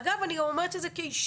אגב אני אומרת את זה כאישה.